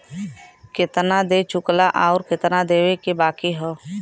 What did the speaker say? केतना दे चुकला आउर केतना देवे के बाकी हौ